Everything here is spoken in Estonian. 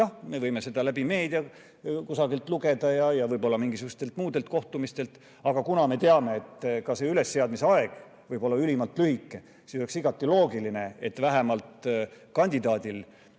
Jah, me võime seda meedias kusagilt lugeda ja mingisugustelt muudelt kohtumistelt [kuulda], aga kuna me teame, et ka see ülesseadmise aeg võib olla ülimalt lühike, siis oleks igati loogiline, et vähemalt kandidaadil,